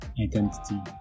identity